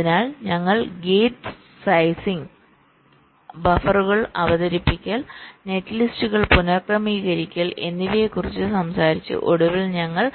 അതിനാൽ ഞങ്ങൾ ഗേറ്റ് സൈസിംഗ്gate sizing ബഫറുകൾ അവതരിപ്പിക്കൽ നെറ്റ്ലിസ്റ്റുകൾ പുനഃക്രമീകരിക്കൽ എന്നിവയെക്കുറിച്ച് സംസാരിച്ചു ഒടുവിൽ ഞങ്ങൾ